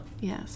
Yes